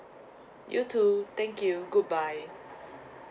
you too thank you good bye